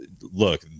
look